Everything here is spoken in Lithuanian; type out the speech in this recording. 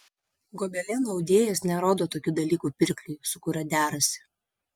gobelenų audėjas nerodo tokių dalykų pirkliui su kuriuo derasi